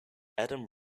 adam